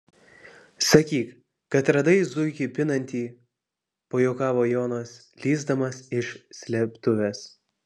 sakyk kad radai zuikį pinantį pajuokavo jonas lįsdamas iš slėptuvės